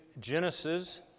Genesis